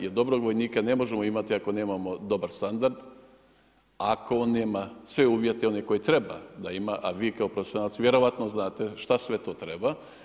Jer dobrog vojnika ne možemo imati ako nemamo dobar standard ako on nema sve uvjete one koje treba da ima, a vi kao profesionalci vjerojatno znate šta sve to treba.